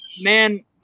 man